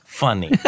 funny